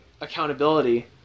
accountability